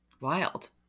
Wild